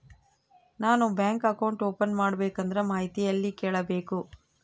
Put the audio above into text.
ನಾನು bank account open ಮಾಡಬೇಕಂದ್ರ ಮಾಹಿತಿ ಎಲ್ಲಿ ಕೇಳಬೇಕು?